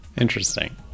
Interesting